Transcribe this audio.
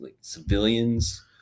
civilians